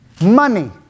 money